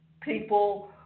people